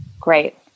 Great